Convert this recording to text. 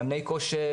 מאמני כושר,